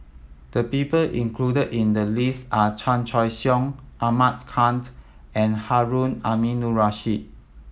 the people included in the list are Chan Choy Siong Ahmad Khan and Harun Aminurrashid